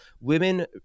women